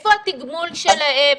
איפה התגמול שלהם?